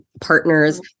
partners